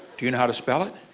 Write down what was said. do you know how to spell it?